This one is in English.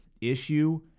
issue